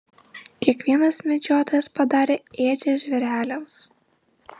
kiekvienas medžiotojas padarė ėdžias žvėreliams